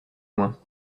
moins